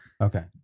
Okay